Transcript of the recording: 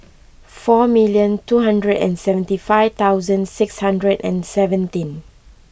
four million two hundred and seventy five thousand six hundred and seventeen